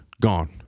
Gone